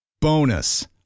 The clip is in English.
Bonus